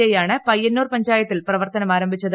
ഐയാണ് പന്ന്യന്നൂർ പഞ്ചായത്തിൽ പ്രവർത്തനം ആരംഭിച്ചത്